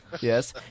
yes